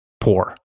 poor